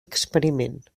experiment